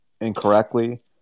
incorrectly